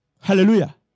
Hallelujah